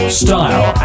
style